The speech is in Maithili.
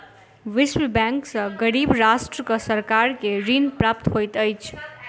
विश्व बैंक सॅ गरीब राष्ट्रक सरकार के ऋण प्राप्त होइत अछि